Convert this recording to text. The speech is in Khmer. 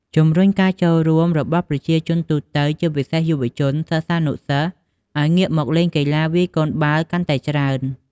ជំរុញការចូលរួមរបស់ប្រជាជនទូទៅ ជាពិសេសយុវជន សិស្សានុសិស្ស ឱ្យងាកមកលេងកីឡាវាយកូនបាល់កាន់តែច្រើន។